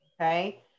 okay